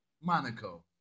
Monaco